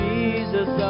Jesus